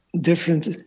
different